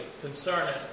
concerning